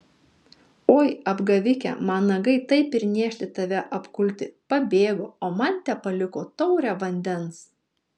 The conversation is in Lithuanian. oi apgavike man nagai taip ir niežti tave apkulti pabėgo o man tepaliko taurę vandens